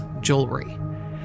jewelry